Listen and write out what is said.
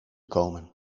komen